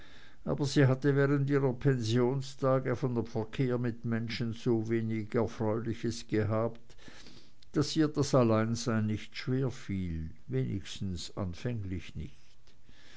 aber sie hatte während ihrer pensionstage von dem verkehr mit menschen so wenig erfreuliches gehabt daß ihr das alleinsein nicht schwerfiel wenigstens anfänglich nicht